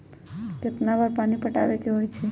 कितना बार पानी पटावे के होई छाई?